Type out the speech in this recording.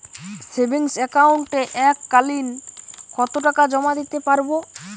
Savings একাউন্টে এক কালিন কতটাকা জমা দিতে পারব?